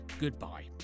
goodbye